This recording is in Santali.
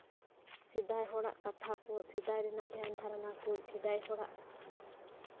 ᱥᱮᱫᱟᱭ ᱦᱚᱲᱟᱜ ᱠᱟᱛᱷᱟ ᱠᱚ ᱥᱮᱫᱟᱭ ᱦᱚᱲᱟᱜ ᱫᱷᱮᱱ ᱫᱷᱟᱨᱚᱱᱟ ᱠᱚ ᱥᱮᱫᱟᱭ ᱦᱚᱲᱟᱜ